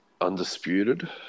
undisputed